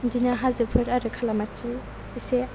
बिदिनो हाजोफोर आरो खालामाथि इसे